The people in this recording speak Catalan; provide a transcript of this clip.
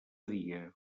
dia